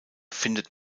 findet